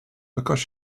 because